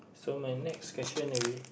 so my next question will be